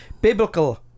Biblical